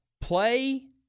play